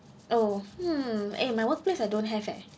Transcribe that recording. oh mm !ay! my workplace I don't have eh